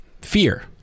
fear